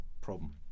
problem